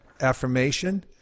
affirmation